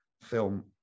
film